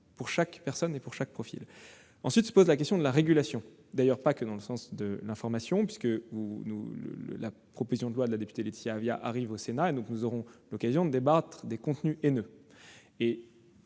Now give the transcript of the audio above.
pour chaque personne et pour chaque profil. Ensuite se pose la question de la régulation, qu'il ne faut d'ailleurs pas prendre uniquement dans le sens de l'information. La proposition de loi de la députée Laetitia Avia arrive au Sénat, et nous aurons l'occasion de débattre des contenus haineux.